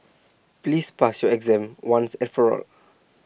please pass your exam once and for all